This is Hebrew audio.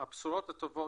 הבשורות הטובות,